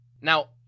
Now